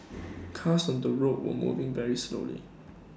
cars on the road were moving very slowly